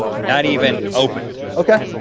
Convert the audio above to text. not even opened. okay.